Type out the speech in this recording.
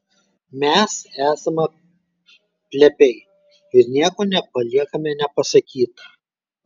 mes esame plepiai ir nieko nepaliekame nepasakyta